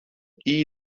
iyi